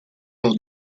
lors